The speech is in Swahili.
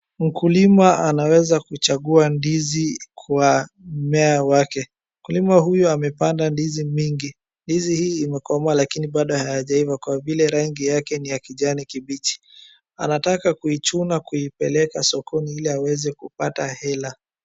Mkulima anaweza kuchagua ndizi kwa mmea wake. Mkulima huyu amepanda ndizi mingi. Ndizi hii imekomaa lakini bado hayajaiva kwa vile rangi yake ni ya kijani kibichi. Anataka kuichuna kuipeleka sokoni ili aweze kupata hela.